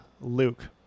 Luke